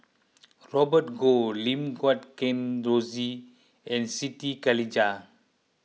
Robert Goh Lim Guat Kheng Rosie and Siti Khalijah